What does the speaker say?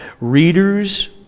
readers